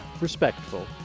Respectful